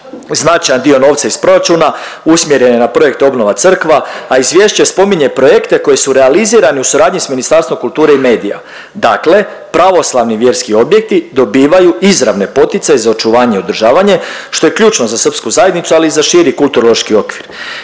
Značajan dio novca iz proračuna usmjeren je na projekte obnova crkva, a izvješće spominje projekte koji su realizirani u suradnji s Ministarstvom kulture i medija. Dakle, pravoslavni vjerski objekti dobivaju izravne poticaje za očuvanje i održavanje, što je ključno za srpsku zajednicu, ali i za širi kulturološki okvir.